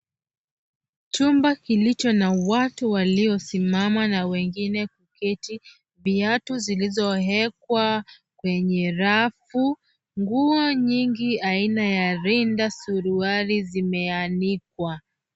Chumba kilicho na watu waliosimama na wengine kuketi. Viatu zilizowekwa kwenye rafu, nguo nyingi aina ya rinda, suruali zimeanikwa.